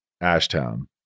Ashtown